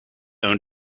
own